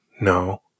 no